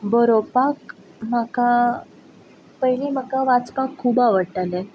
बरोवपाक म्हाका पयलीं म्हाका वाचपाक खूब आवडटालें